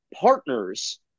partners